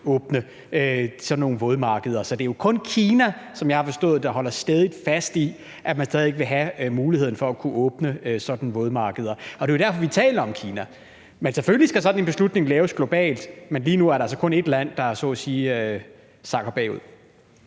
genåbne sådan nogle vådmarkeder. Så det er jo kun Kina, som jeg har forstået det, der holder stædigt fast i, at man stadig væk vil have muligheden for at kunne åbne sådanne vådmarkeder, og det er jo derfor, vi taler om Kina. Men selvfølgelig skal sådan en beslutning laves globalt. Men lige nu er der altså kun ét land, der så at sige sakker bagud.